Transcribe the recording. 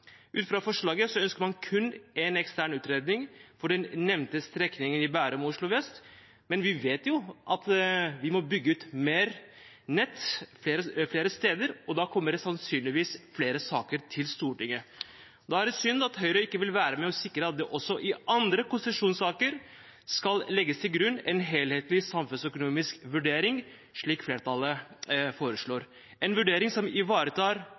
Ut fra forslaget ønsker man kun en ekstern utredning for den nevnte strekningen i Bærum og Oslo vest. Men vi vet jo at vi må bygge ut mer nett flere steder, og da kommer det sannsynligvis flere saker til Stortinget. Da er det synd at Høyre ikke vil være med og sikre at det også i andre konsesjonssaker skal legges til grunn en helhetlig samfunnsøkonomisk vurdering, slik flertallet foreslår – en vurdering som ivaretar